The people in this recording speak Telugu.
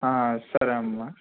ఆ సరే అమ్మ